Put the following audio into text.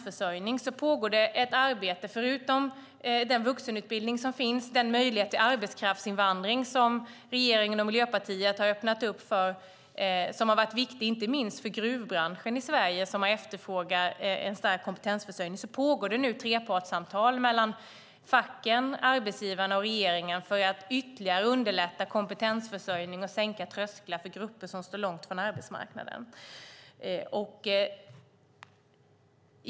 Förutom den vuxenutbildning som finns och möjligheten till arbetskraftsinvandring, som regeringen och Miljöpartiet har öppnat upp för och som har varit viktig inte minst för gruvbranschen i Sverige, som efterfrågar en stark kompetensförsörjning, pågår det nu trepartssamtal mellan facken, arbetsgivarna och regeringen för att ytterligare underlätta kompetensförsörjning och sänka trösklar för grupper som står långt från arbetsmarknaden.